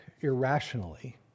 irrationally